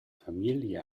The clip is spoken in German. familie